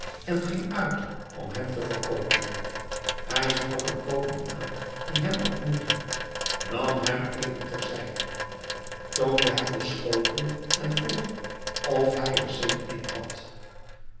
en ging uit om hem te verkoopen hij sprak een koopman aan die hem ontmoette nam hem even ter zijde toonde hem den schotel en vroeg of hij er zin in had